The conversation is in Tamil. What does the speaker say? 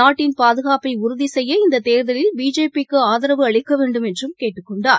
நாட்டின் பாதுகாப்பைஉறுதிசெய்ய இந்ததேர்தலில் பிஜேபி க்குஆதாவு அளிக்கவேண்டும் என்றும் கேட்டுக்கொண்டார்